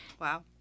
Wow